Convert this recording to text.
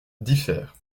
diffèrent